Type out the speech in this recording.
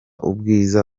ubwiza